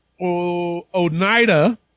Oneida